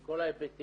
עם כל ההיבטים,